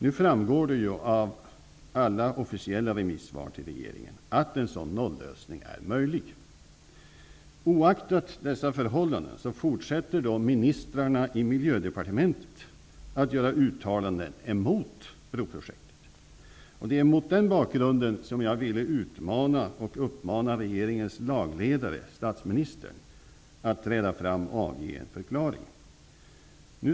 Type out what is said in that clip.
Nu framgår det av alla officiella remissvar till regeringen att en sådan nollösning är möjlig. Oaktat dessa förhållanden fortsätter ministrarna i Miljö och naturresursdepartementet att göra uttalanden emot broprojektet. Det var mot denna bakgrund jag ville utmana och uppmana regeringens lagledare, statsministern, att träda fram för att avge en förklaring.